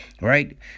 right